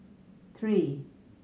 three